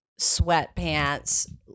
sweatpants